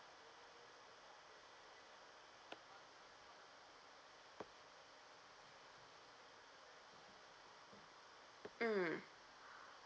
mm